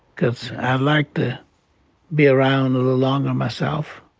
cause i'd like to be around a little longer myself.